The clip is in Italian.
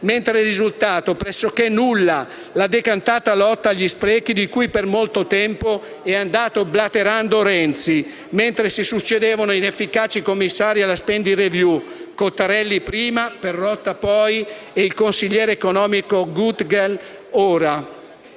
ed è risultata pressoché nulla la decantata lotta agli sprechi, di cui per molto tempo è andato blaterando Renzi, mentre si succedevano inefficaci commissari alla *spending review:* Cottarelli prima, Perotti poi e ora il consigliere economico Gutgeld.